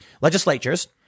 legislatures